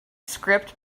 script